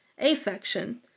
affection